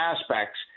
aspects